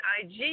ig